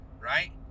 right